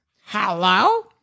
Hello